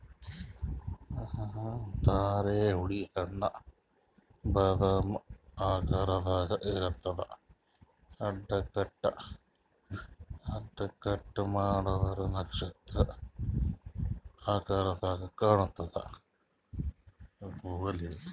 ಧಾರೆಹುಳಿ ಹಣ್ಣ್ ಬಾದಾಮಿ ಆಕಾರ್ದಾಗ್ ಇರ್ತದ್ ಅಡ್ಡ ಕಟ್ ಮಾಡೂರ್ ನಕ್ಷತ್ರ ಆಕರದಾಗ್ ಕಾಣತದ್